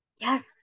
Yes